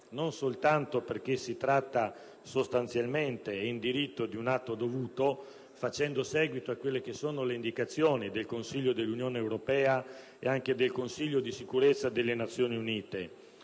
non soltanto perché si tratta sostanzialmente e in diritto di un atto dovuto, facendo seguito alle indicazioni del Consiglio dell'Unione europea ed anche del Consiglio di sicurezza delle Nazioni Unite;